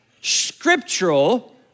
scriptural